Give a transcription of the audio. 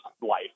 life